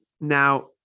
Now